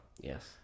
Yes